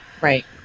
right